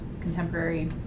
contemporary